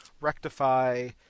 rectify